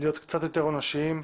להיות קצת יותר אנושיים,